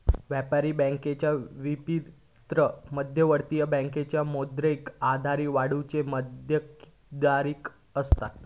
व्यापारी बँकेच्या विपरीत मध्यवर्ती बँकेची मौद्रिक आधार वाढवुची मक्तेदारी असता